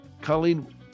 Colleen